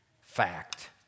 Fact